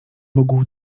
mógł